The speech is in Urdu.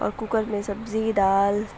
اور کوکر میں سبزی دال